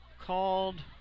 called